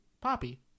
Poppy